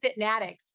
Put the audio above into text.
Fitnatics